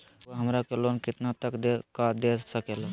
रउरा हमरा के लोन कितना तक का दे सकेला?